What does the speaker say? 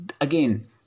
Again